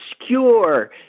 obscure